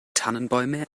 tannenbäume